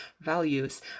values